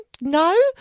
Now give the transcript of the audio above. No